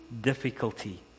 difficulty